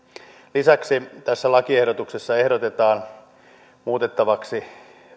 lisäksi tässä lakiehdotuksessa ehdotetaan muutettavaksi